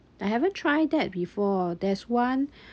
I haven't try that before there's one